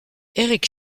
eric